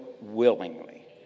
willingly